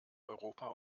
europa